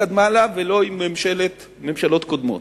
לא עם ממשלת שרון שקדמה לה ולא עם ממשלות קודמות.